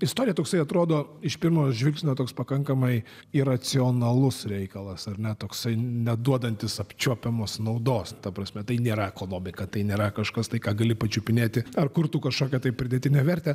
istorija toksai atrodo iš pirmo žvilgsnio toks pakankamai iracionalus reikalas ar ne toksai neduodantis apčiuopiamos naudos ta prasme tai nėra ekonomika tai nėra kažkas tai ką gali pačiupinėti ar kurtų kažkokią pridėtinę vertę